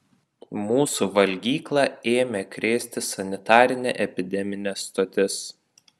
mūsų valgyklą ėmė krėsti sanitarinė epideminė stotis